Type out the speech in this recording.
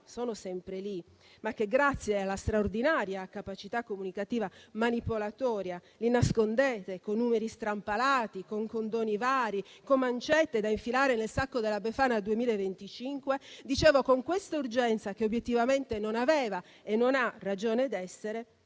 sono sempre lì; problemi che, grazie a una straordinaria capacità comunicativa manipolatoria, nascondete con numeri strampalati, condoni vari e mancette da infilare nel sacco della Befana 2025. Ed è un'urgenza che obiettivamente non aveva e non ha ragione d'essere.